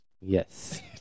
Yes